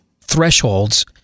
thresholds